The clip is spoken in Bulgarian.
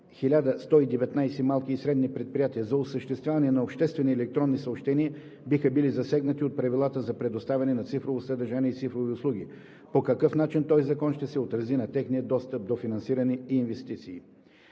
1119 малки и средни предприятия за осъществяване на обществени електронни съобщения биха били засегнати от правилата за предоставяне на цифрово съдържание и цифрови услуги и по какъв начин този закон ще се отрази на техния достъп до финансиране и инвестиции.